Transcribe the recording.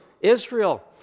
Israel